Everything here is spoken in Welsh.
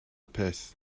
peth